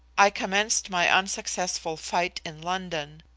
i commenced my unsuccessful fight in london.